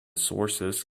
sources